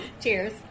Cheers